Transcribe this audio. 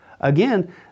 Again